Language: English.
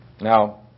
Now